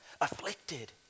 Afflicted